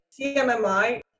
CMMI